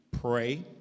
pray